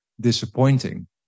disappointing